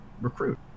recruit